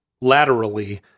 laterally –